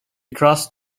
crossed